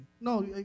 No